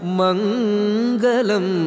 mangalam